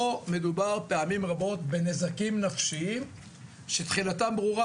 פה מדובר פעמים רבות בנזקים נפשיים שתחילתם ברורה,